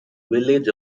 village